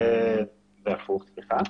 זה הפוך, סליחה.